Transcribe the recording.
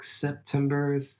september